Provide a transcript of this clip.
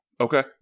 Okay